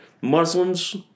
Muslims